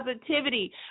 positivity